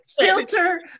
filter